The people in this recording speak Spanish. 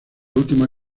última